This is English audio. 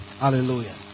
Hallelujah